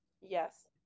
yes